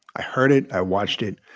i heard it. i watched it.